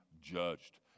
judged